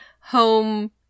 home